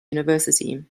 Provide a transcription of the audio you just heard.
university